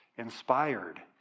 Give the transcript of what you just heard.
inspired